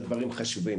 מרגיש?